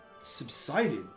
subsided